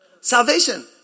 Salvation